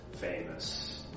famous